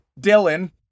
Dylan